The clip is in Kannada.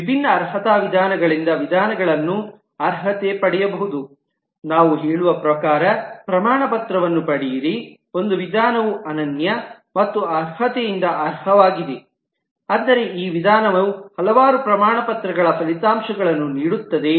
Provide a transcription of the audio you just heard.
ವಿಭಿನ್ನ ಅರ್ಹತಾ ವಿಧಾನಗಳಿಂದ ವಿಧಾನಗಳನ್ನು ಅರ್ಹತೆ ಪಡೆಯಬಹುದು ನಾವು ಹೇಳುವ ಪ್ರಕಾರ ಪ್ರಮಾಣಪತ್ರವನ್ನು ಪಡೆಯಿರಿ ಒಂದು ವಿಧಾನವು ಅನನ್ಯ ಮತ್ತು ಅರ್ಹತೆಯಿಂದ ಅರ್ಹವಾಗಿದೆ ಅಂದರೆ ಈ ವಿಧಾನವು ಹಲವಾರು ಪ್ರಮಾಣಪತ್ರಗಳ ಫಲಿತಾಂಶಗಳನ್ನು ನೀಡುತ್ತದೆ